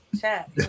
chat